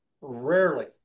rarely